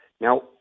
Now